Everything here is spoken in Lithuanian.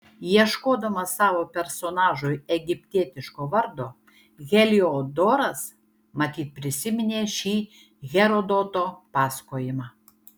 ieškodamas savo personažui egiptietiško vardo heliodoras matyt prisiminė šį herodoto pasakojimą